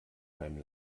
beim